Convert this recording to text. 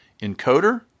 encoder